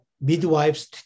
midwives